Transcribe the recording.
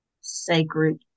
sacred